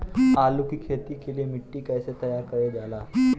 आलू की खेती के लिए मिट्टी कैसे तैयार करें जाला?